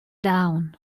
down